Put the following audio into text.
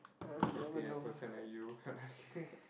especially a person like you